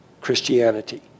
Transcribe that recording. Christianity